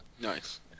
Nice